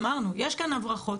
יש כאן הברחות.